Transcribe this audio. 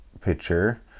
picture